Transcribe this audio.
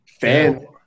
fan